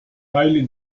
highly